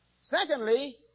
Secondly